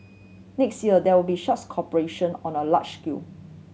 next year there will be such cooperation on a large scale